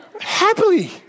Happily